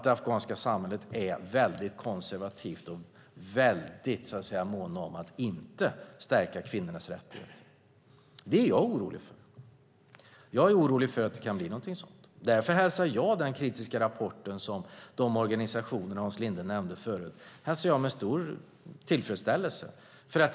Det afghanska samhället är konservativt, och man är mån om att inte stärka kvinnornas rättigheter. Det är jag orolig för. Jag är orolig för att det kan bli någonting sådant. Därför välkomnar jag med stor tillfredsställelse den kritiska rapport som de organisationer som Hans Linde nämnde har skrivit.